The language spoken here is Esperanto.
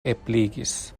ebligis